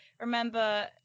remember